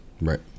Right